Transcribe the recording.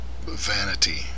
vanity